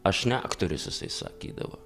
aš ne aktorius jisai sakydavo